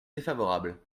défavorable